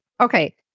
Okay